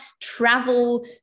travel